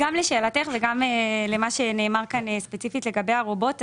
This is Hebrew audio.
גם לשאלתך וגם למה שנאמר כאן ספציפית לגבי הרובוט.